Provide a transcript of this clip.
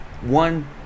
one